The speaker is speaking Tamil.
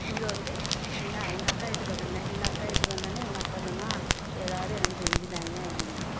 இங்கே வந்து எங்கள் எங்கள் அக்கா வீட்டுக்கு வந்திருந்தேன் எங்கள் அக்கா வீட்டுக்கு வந்தோன்னே எங்கள் அக்கா சொன்னா எதாவது எனக்கு செஞ்சி தாயேன் அப்படின்னா